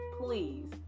Please